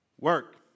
Work